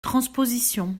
transposition